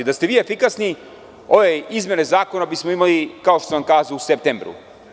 Da ste vi efikasni, ove izmene zakona bi smo imali, kao što sam kazao u septembru.